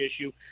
issue